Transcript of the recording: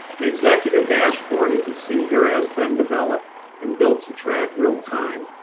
an executive dashboard, as you see here has been developed and built to track real time,